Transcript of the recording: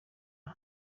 the